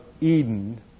Eden